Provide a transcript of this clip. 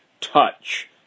touch